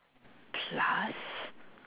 plus